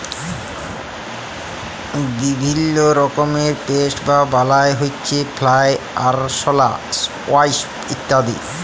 বিভিল্য রকমের পেস্ট বা বালাই হউচ্ছে ফ্লাই, আরশলা, ওয়াস্প ইত্যাদি